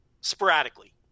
sporadically